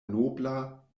nobla